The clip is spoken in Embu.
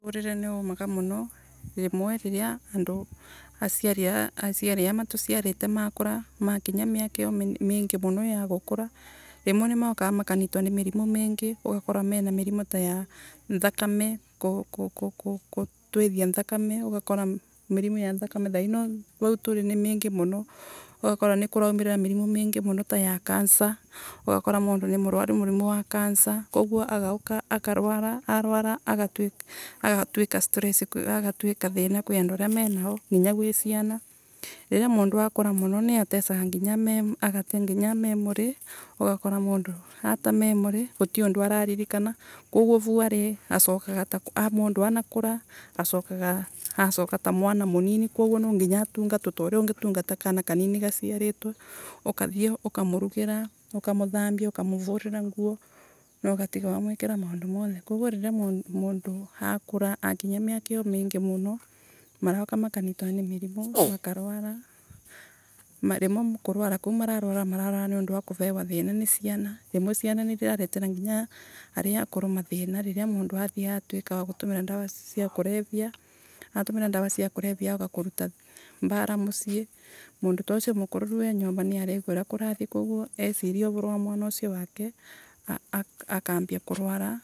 Muturire rimwe niumaga muno riria asiari aria matuciarite makura makinya miaka iyo mingi muno ya gukora nimaukaga makanyitwa na mirimo mingi ugakore mena mirimo ya thakame gutwethia thakame ugakora mirima ya thakame thaa ino vau nturi ni mingi muno ugakora vau nturi ni varamwirira mirimo mingi muno ta ya cancer ugakora mundu ni murwaru murimo wa cancer koguo agaoka akarwara arwara agatwika stress agatwika thina kwi andu aria menao nginya niatesaga memory ugakoro mundu ata memory guti andu ararikana koguo varia ari koguo mundu anakura asokaga ta mwana munini kogu ni nginya atungatwe ta uria ungetungata mwana ukamuthambia ukamuvurira nguo na ugatiga wamwekela maundu monthe koguo riria mundu akora marau makanyitwa ni mirimu makarwara rimwe kurwara marwara ni kuvewa thina ni ciana riria mundu atwika wa gutumira dawa cia kulevya atumira dawa cia kulevya aga oka kuleta mbara musii.